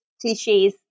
cliches